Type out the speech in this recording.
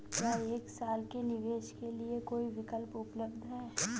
क्या एक साल के निवेश के लिए कोई विकल्प उपलब्ध है?